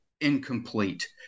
incomplete